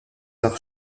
arts